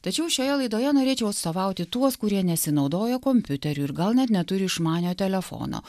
tačiau šioje laidoje norėčiau atstovauti tuos kurie nesinaudoja kompiuteriu ir gal net neturi išmanio telefono